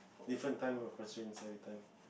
different time of constants every time